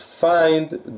find